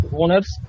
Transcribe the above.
owners